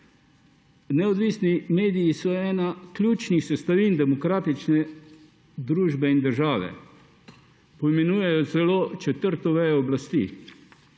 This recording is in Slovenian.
Neodvisni mediji so ena ključnih sestavin demokratične družbe in države. Poimenujejo jih celo kot četrto vejo oblasti,